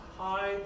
hi